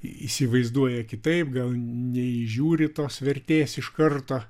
įsivaizduoja kitaip gal neįžiūri tos vertės iš karto